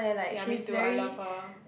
ya me too I love her